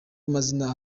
mazina